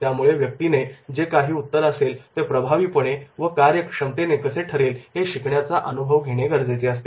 त्यामुळे व्यक्तीने जे काही उत्तर असेल ते प्रभावीपणे व कार्यक्षमतेने कसे ठरेल हे शिकण्याचा अनुभव घेणे गरजेचे असते